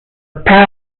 pair